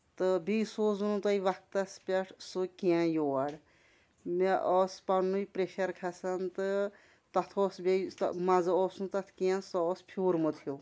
تہٕ بیٚیہِ سوٗزوٗ نہٕ تۄہہِ وقتس پٮ۪ٹھ سُہ کیٚنٛہہ یور مےٚ اوس پَنٕنُے پریشر کھسان تہٕ تَتھ اوس بیٚیہِ مَزٕ اوس نہٕ تَتھ کیٚنٛہہ سُہ اوس پھیوٗرمُت ہیوٗ